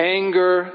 anger